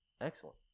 Excellent